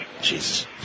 Jesus